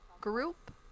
group